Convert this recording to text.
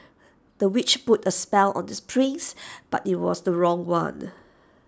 the witch put A spell on the prince but IT was the wrong one